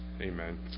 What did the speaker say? Amen